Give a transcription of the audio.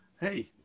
Hey